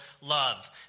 love